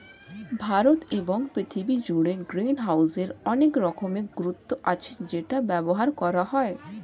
ভারতে এবং পৃথিবী জুড়ে গ্রিনহাউসের অনেক রকমের গুরুত্ব আছে যেটা ব্যবহার করা হয়